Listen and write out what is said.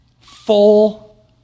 full